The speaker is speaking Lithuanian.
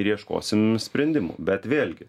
ir ieškosim sprendimų bet vėlgi